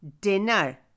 Dinner